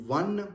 one